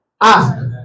ask